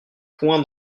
point